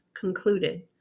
concluded